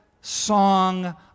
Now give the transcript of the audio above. song